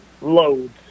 loads